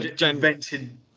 invented